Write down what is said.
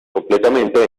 completamente